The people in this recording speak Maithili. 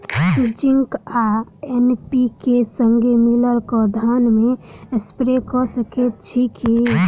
जिंक आ एन.पी.के, संगे मिलल कऽ धान मे स्प्रे कऽ सकैत छी की?